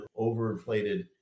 overinflated